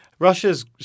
Russia's